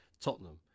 Tottenham